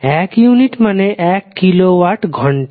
এক ইউনিট মানে এক কিলো ওয়াট ঘণ্টা